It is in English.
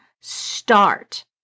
start